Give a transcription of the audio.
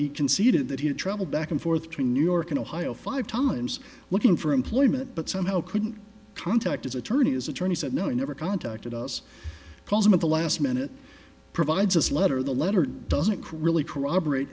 he conceded that he had traveled back and forth between new york and ohio five times looking for employment but somehow couldn't contact his attorney as attorney said no never contacted us plaza at the last minute provides us letter the letter doesn't really corroborate